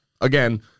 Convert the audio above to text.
again